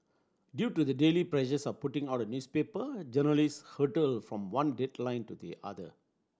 due to the daily pressures of putting out a newspaper journalist hurtle from one deadline to the other